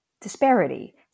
disparity